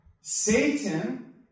Satan